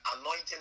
anointing